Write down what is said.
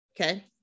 Okay